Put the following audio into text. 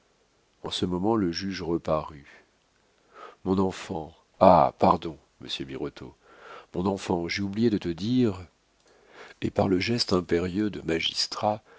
en ce moment le juge reparut mon enfant ah pardon monsieur birotteau mon enfant j'ai oublié de te dire et par le geste impérieux de magistrat